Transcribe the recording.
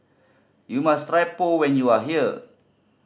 you must try Pho when you are here